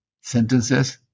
sentences